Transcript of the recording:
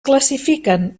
classifiquen